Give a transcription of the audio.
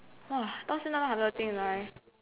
到现在还没有进来